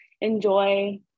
enjoy